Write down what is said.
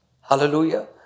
Hallelujah